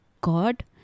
God